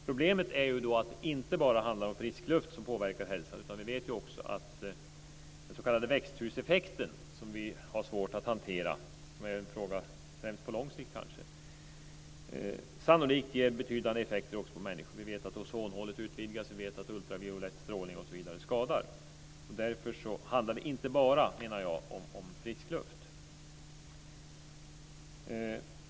Problemet är att det inte bara handlar om frisk luft när det gäller vad som påverkar hälsan. Vi vet att den s.k. växthuseffekten - som vi har svårt att hantera och som kanske främst är en fråga på lång sikt - sannolikt ger betydande effekter också på människor. Vi vet att ozonhålet utvidgas. Vi vet att ultraviolett strålning osv. skadar. Därför menar jag att det inte bara handlar om frisk luft.